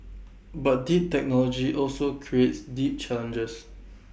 but deep technology also creates deep challenges